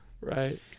Right